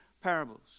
parables